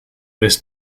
this